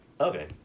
Okay